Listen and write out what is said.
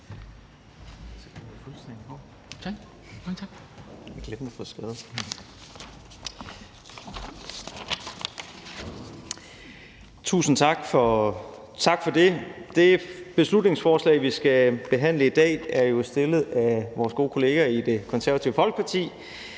Tusind tak for det. Det beslutningsforslag, vi skal behandle i dag, er jo fremsat af vores gode kolleger i Det Konservative Folkeparti,